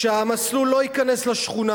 שהמסלול לא ייכנס לשכונה.